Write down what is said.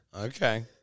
Okay